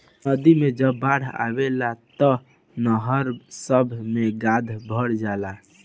नदी मे जब बाढ़ आवेला तब नहर सभ मे गाद भर जाला